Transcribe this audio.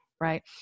right